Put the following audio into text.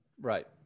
Right